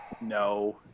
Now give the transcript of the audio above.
no